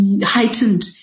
heightened